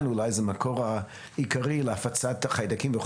הוא אולי המקור העיקרי להפצת החיידקים.